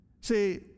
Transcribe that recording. See